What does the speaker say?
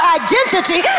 identity